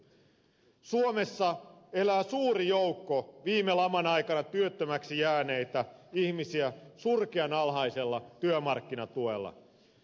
suomessa elää suuri joukko viime laman aikana työttömiksi jääneitä ihmisiä surkean alhaisella työmarkkinatuella